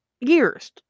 years